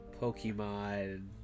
Pokemon